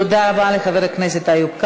תודה רבה לחבר הכנסת איוב קרא.